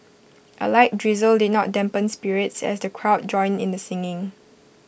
A light drizzle did not dampen spirits as the crowd joined in the singing